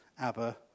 Abba